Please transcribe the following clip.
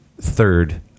third